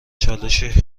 چالشی